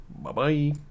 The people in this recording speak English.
Bye-bye